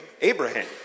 Abraham